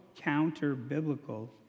counter-biblical